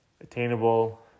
attainable